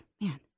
man